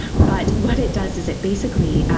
but what it does is it basically,